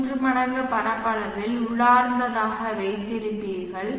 3 மடங்கு பரப்பளவில் உள்ளார்ந்ததாக வைத்திருப்பீர்கள்